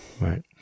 Right